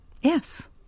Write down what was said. Yes